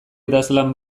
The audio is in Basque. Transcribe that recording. idazlan